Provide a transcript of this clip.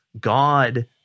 God